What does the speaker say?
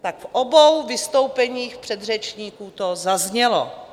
Tak v obou vystoupeních předřečníků to zaznělo.